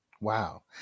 wow